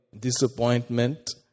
disappointment